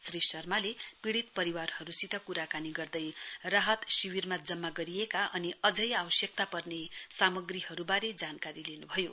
श्री शर्माले पीड़ित परिवारहरुसित कुराकानी गर्दै राहत शिविरमा जम्मा गरिएका अनि अझै आवश्यकता पर्ने सामग्रीहरुवारे जानकारी लिनु भयो